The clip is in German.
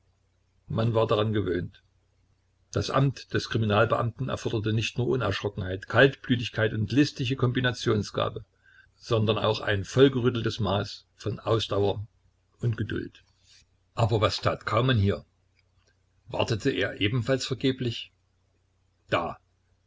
man war daran gewöhnt das amt des kriminalbeamten erforderte nicht nur unerschrockenheit kaltblütigkeit und listige kombinationsgabe sondern auch ein vollgerütteltes maß von ausdauer und geduld aber was tat kaumann hier wartete er ebenfalls vergeblich da